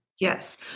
Yes